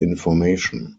information